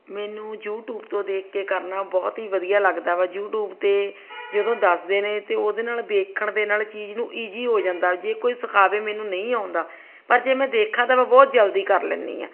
ਮੈਨੂੰ ਯੂਟੂਬ ਤੋਂ ਦੇਖ ਕੇ ਕਰਨਾ ਬਹੁਤ ਹੀ ਵਧੀਆ ਲੱਗਦਾ ਵਾ ਯੂਟੂਬ 'ਤੇ ਜਦੋਂ ਦੱਸਦੇ ਨੇ ਅਤੇ ਉਹਦੇ ਨਾਲ ਦੇਖਣ ਦੇ ਨਾਲ ਚੀਜ਼ ਨੂੰ ਈਜ਼ੀ ਹੋ ਜਾਂਦਾ ਜੇ ਕੋਈ ਸਿਖਾਵੇ ਮੈਨੂੰ ਨਹੀਂ ਆਉਂਦਾ ਪਰ ਜੇ ਮੈਂ ਦੇਖਾਂ ਤਾਂ ਮੈਂ ਬਹੁਤ ਜਲਦੀ ਕਰ ਲੈਂਦੀ ਹਾਂ